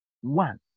One